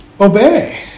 obey